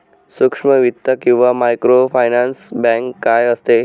सूक्ष्म वित्त किंवा मायक्रोफायनान्स बँक काय असते?